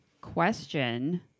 question